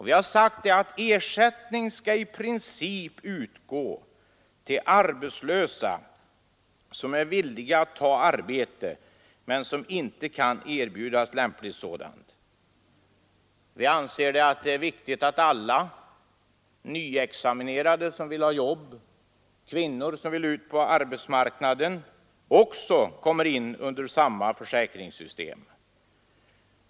Vi har sagt att ersättningen i princip skall utgå till arbetslösa som är villiga att ta arbete men som inte kan erbjudas lämpligt sådant. Vi anser det viktigt att alla nyexaminerade som vill ha jobb och alla kvinnor som vill ut på arbetsmarknaden också kommer in under samma försäkringssystem.